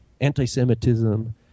anti-Semitism